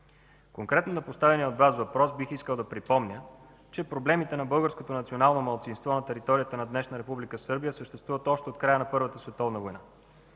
Конкретно на поставения от Вас въпрос бих искал да припомня, че проблемите на българското национално малцинство на територията на днешна Република Сърбия съществуват още от края на Първата световна война.